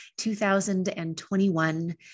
2021